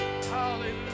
Hallelujah